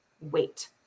wait